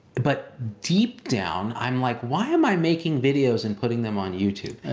but deep down i'm like, why am i making videos and putting them on youtube?